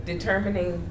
determining